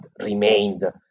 remained